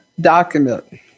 document